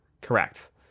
correct